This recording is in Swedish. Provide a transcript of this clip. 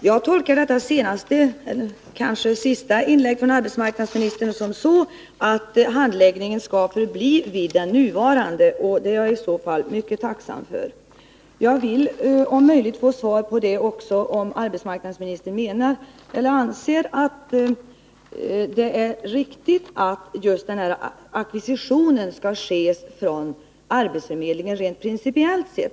Herr talman! Jag tolkar detta senaste — kanske sista — inlägg från arbetsmarknadsministern så, att handläggningen skall förbli vid den nuvarande. Det är jag i så fall mycket tacksam för. Jag vill om möjligt också få besked om huruvida arbetsmarknadsministern anser att det rent principiellt är riktigt att just ackvisitionen skall skötas av arbetsförmedlingen.